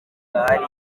gahari